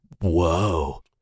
Whoa